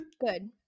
Good